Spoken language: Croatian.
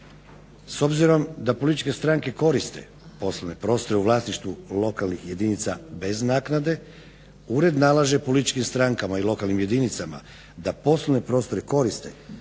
S obzirom da političke stranke koriste prostore u vlasništvu lokalnih jedinica bez naknade, Ured nalaže političkim strankama i jedinicama da poslovne prostore koriste